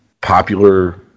popular